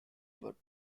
birth